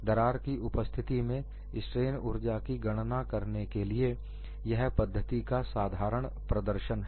दरार की उपस्थिति में स्ट्रेन ऊर्जा की गणना करने के लिए यह पद्धति का साधारण प्रदर्शन है